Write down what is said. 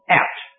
out